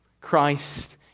Christ